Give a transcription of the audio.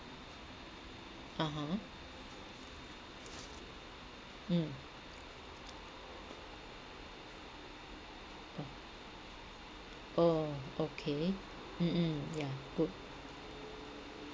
(uh huh) mm oh okay mm mm yeah good